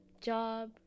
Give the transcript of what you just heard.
job